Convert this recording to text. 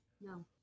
No